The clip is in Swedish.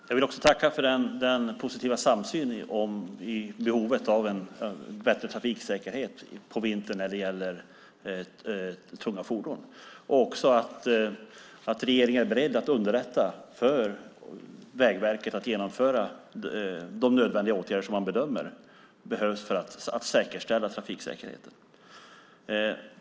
Fru talman! Jag vill också tacka för den positiva samsynen om behovet av en bättre trafiksäkerhet på vintern när det gäller tunga fordon samt för att regeringen är beredd att underlätta för Vägverket att genomföra de åtgärder som man bedömer behövs för att säkerställa trafiksäkerheten.